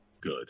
good